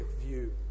view